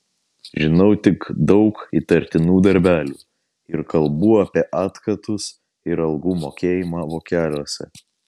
žinau tik daug įtartinų darbelių ir kalbų apie atkatus ir algų mokėjimą vokeliuose